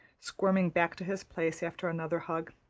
squirming back to his place after another hug.